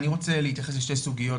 אני רוצה להתייחס לשתי סוגיות.